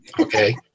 okay